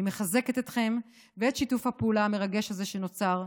אני מחזקת אתכם ואת שיתוף הפעולה המרגש הזה שנוצר,